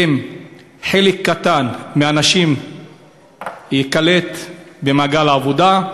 אם חלק קטן מהאנשים ייקלט במעגל העבודה,